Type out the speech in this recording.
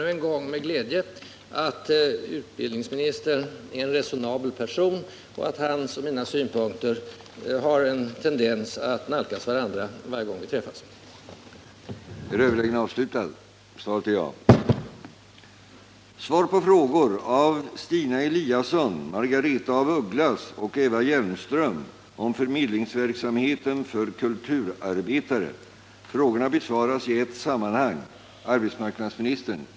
Jag konstaterar än en gång med glädje att utbildningsministern är en resonabel person och att hans och mina synpunkter har en tendens att nalkas varandra varje gång vi möts här i kammaren.